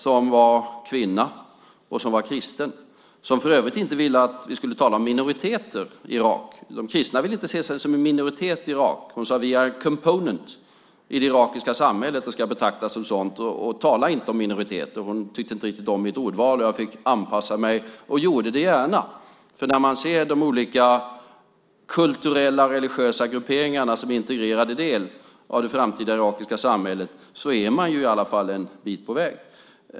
Hon är kvinna och kristen. Hon ville inte att vi skulle tala om minoriteter i Irak. De kristna vill inte se sig som en minoritet i Irak. Hon sade att de är a component i det irakiska samhället och ska betraktas som sådant. Hon ville inte tala om minoriteter. Hon tyckte inte riktigt om mitt ordval, och jag fick anpassa mig - och jag gjorde det gärna. När man ser de olika kulturella och religiösa grupperingarna som en integrerad del av det framtida irakiska samhället är man en bit på väg.